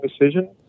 decision